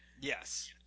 Yes